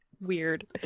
weird